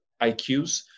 IQs